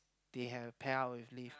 they have pair up with lift